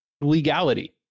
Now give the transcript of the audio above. legality